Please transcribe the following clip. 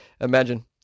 Imagine